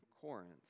Corinth